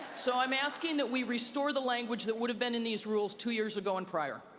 so i'm asking that we restore the language that would have been in these rules two years ago and prior.